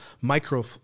micro